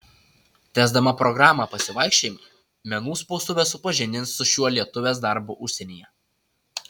tęsdama programą pasivaikščiojimai menų spaustuvė supažindins su šiuo lietuvės darbu užsienyje